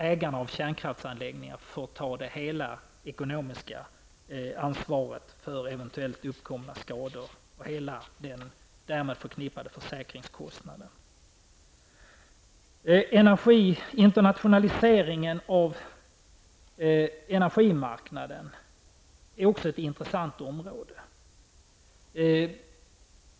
Ägare av kärnkraftsanläggningar borde få ta hela det ekonomiska ansvaret för eventuellt uppkomna skador och hela den därmed förknippade försäkringskostnaden. Internationaliseringen av energimarknaden är också ett intressant område.